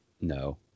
No